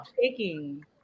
taking